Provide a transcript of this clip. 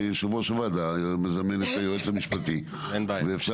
יושב-ראש הוועדה יזמן את היועץ המשפטי ואפשר